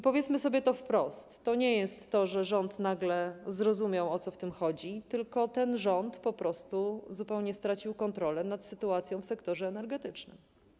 Powiedzmy sobie wprost, że to nie jest tak, że rząd nagle zrozumiał, o co w tym chodzi, tylko tak, że ten rząd zupełnie stracił kontrolę nad sytuacją w sektorze energetycznym.